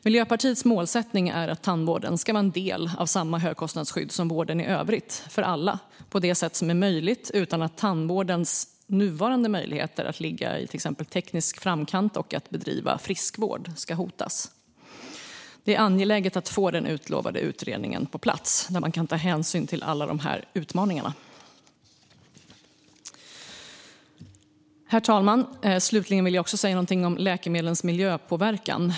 Miljöpartiets målsättning är att tandvården ska ingå i samma högkostnadsskydd som vården i övrigt för alla på det sätt som är möjligt utan att tandvårdens nuvarande möjligheter att till exempel ligga i teknisk framkant och bedriva friskvård hotas. Det är angeläget att få på plats den utlovade utredningen, där man kan ta hänsyn till alla dessa utmaningar. Herr talman! Slutligen vill jag säga något om läkemedlens miljöpåverkan.